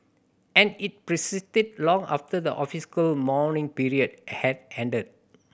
and it persisted long after the mourning period had ended